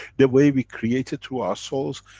the way we create it through our souls,